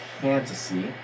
fantasy